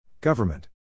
Government